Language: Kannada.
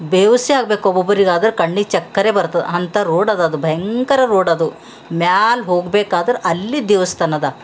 ಬೇವಸೆ ಆಗ್ಬೇಕು ಒಬ್ಬೊಬ್ರಿಗೆ ಆದ್ರೆ ಕಣ್ಣಿಗೆ ಚಕ್ಕರೇ ಬರ್ತದ ಅಂತ ರೋಡದ ಅದು ಭಯಂಕರ ರೋಡದು ಮ್ಯಾಲ ಹೋಗ್ಬೇಕಾದ್ರೆ ಅಲ್ಲಿ ದೇವಸ್ಥಾನದ